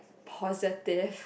positive